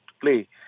play